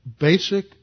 basic